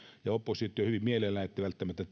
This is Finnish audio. ja oppositio hyvin mielellään ette välttämättä